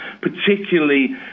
particularly